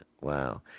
Wow